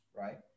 right